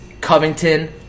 Covington